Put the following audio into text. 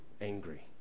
angry